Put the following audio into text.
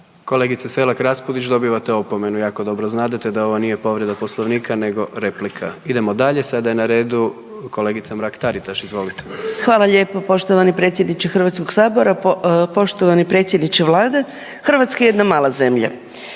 Kolegice Selak Raspudić, dobivate opomenu, jako dobro znadete da ovo nije povreda Poslovnika nego replika. Idemo dalje, sada je na redu kolegica Mrak-Taritaš, izvolite. **Mrak-Taritaš, Anka (GLAS)** Hvala lijepo poštovani predsjedniče HS-a, poštovani predsjedniče Vlade. Hrvatska je jedna mala zemlja.